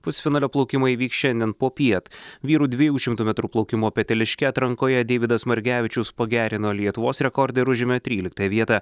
pusfinalio plaukimai vyks šiandien popiet vyrų dviejų šimtų metrų plaukimo peteliške atrankoje deividas margevičius pagerino lietuvos rekordą ir užėmė tryliktą vietą